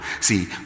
See